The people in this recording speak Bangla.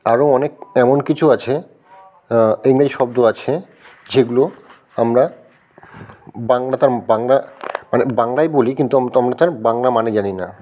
আরও অনেক এমন কিছু আছে ইংরেজি শব্দ আছে যেগুলো আমরা বাংলা তার বাংলা মানে বাংলায় বলি কিন্তু আমরা আমরা তার বাংলা মানে জানি না